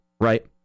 right